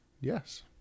Yes